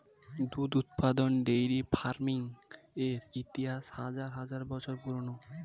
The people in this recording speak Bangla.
দুধ উৎপাদন ডেইরি ফার্মিং এর ইতিহাস হাজার হাজার বছর পুরানো